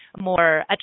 more